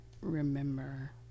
remember